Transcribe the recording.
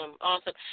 awesome